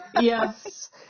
Yes